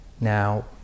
Now